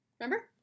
Remember